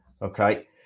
Okay